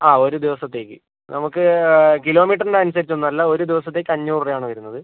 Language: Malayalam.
ആ ഒരു ദിവസത്തേക്ക് നമ്മൾക്ക് കിലോമീറ്ററിൻ്റ അനുസരിച്ച് ഒന്നും അല്ല ഒരു ദിവസത്തേക്ക് അഞ്ഞൂറ് രൂപ ആണ് വരുന്നത്